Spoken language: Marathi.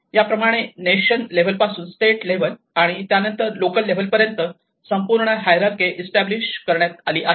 याप्रमाणे नेशन लेव्हल पासून स्टेट लेव्हल आणि त्यानंतर लोकल लेव्हल पर्यंत संपूर्ण हिएररचय इस्टॅब्लिश करण्यात आली आहे